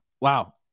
Wow